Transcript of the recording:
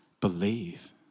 Believe